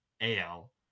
AL